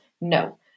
No